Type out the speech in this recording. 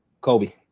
Kobe